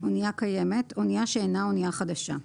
"אנייה קיימת" אנייה שאינה אנייה חדשה,